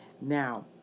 Now